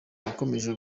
yakomeje